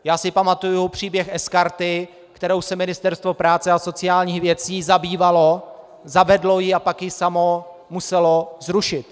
Já si pamatuji příběh sKarty, kterou si Ministerstvo práce a sociálních věcí zabývalo, zavedlo ji a pak ji samo muselo zrušit.